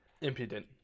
Impudent